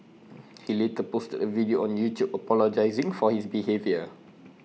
he later posted A video on YouTube apologising for his behaviour